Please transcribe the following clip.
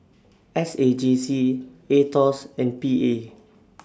S A J C Aetos and P A